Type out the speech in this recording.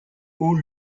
haut